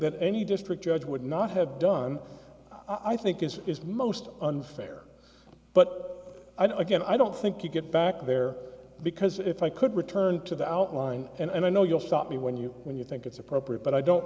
that any district judge would not have done i think is is most unfair but i don't again i don't think you get back there because if i could return to the outline and i know you'll stop me when you when you think it's appropriate but i don't